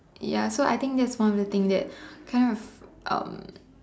ya so I think that is one of the thing that kind of um